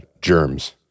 Germs